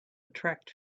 attract